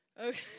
Okay